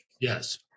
yes